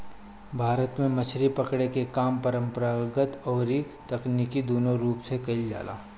भारत में मछरी पकड़े के काम परंपरागत अउरी तकनीकी दूनो रूप से कईल जाला